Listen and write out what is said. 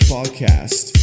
Podcast